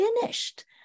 finished